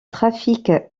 trafic